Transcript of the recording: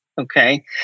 Okay